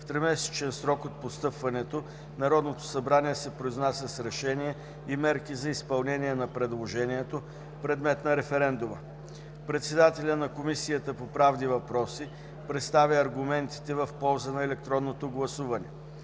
в тримесечен срок от постъпването Народното събрание се произнася с решение и мерки за изпълнение на предложението, предмет на референдума. Председателят на Комисията по правни въпроси представи аргументите в полза на електронното гласуване.